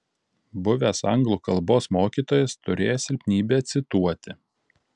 buvęs anglų kalbos mokytojas turėjo silpnybę cituoti